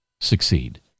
succeed